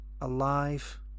alive